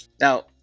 Now